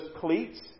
cleats